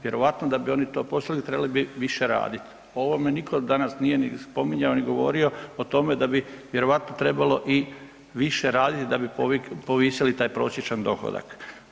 Vjerojatno da bi oni ... trebali bi više raditi, o ovome nitko danas nije ni spominjao ni govorio o tome da bi vjerojatno trebalo i više raditi da bi povisili taj prosječan dohodak.